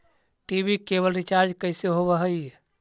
TV cable recharge कैसे होब हइ?